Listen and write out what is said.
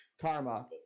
Karma